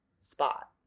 spot